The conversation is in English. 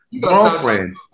girlfriend